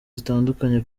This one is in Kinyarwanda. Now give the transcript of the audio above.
zitandukanye